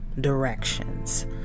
directions